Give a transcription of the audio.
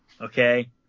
Okay